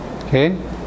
okay